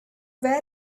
where